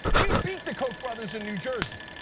we beat the koch brothers in new jersey.